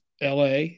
LA